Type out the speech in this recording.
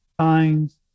signs